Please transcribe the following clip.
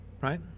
right